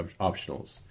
optionals